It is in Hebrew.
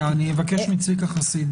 אני אבקש מצביקה חסיד.